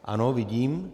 Ano, vidím.